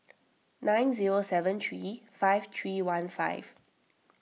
nine zero seven three five three one five